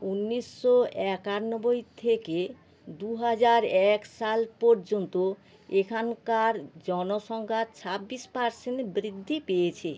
উনিশশো একানব্বই থেকে দু হাজার এক সাল পর্যন্ত এখানকার জনসংখ্যা ছাব্বিশ পারসেন্ট বৃদ্ধি পেয়েছে